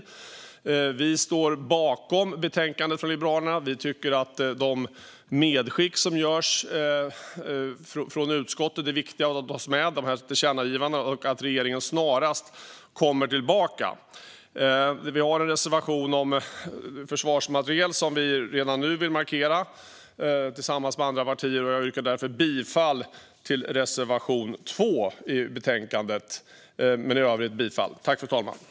Vi i Liberalerna står bakom betänkandet och tycker att de medskick och tillkännagivanden som utskottet gör är viktiga. Regeringen bör snarast komma tillbaka. Vi har en reservation om försvarsmateriel som vi tillsammans med andra partier redan nu vill markera. Jag yrkar därför bifall till reservation 2 i betänkandet. I övrigt yrkar jag bifall till förslaget i betänkandet.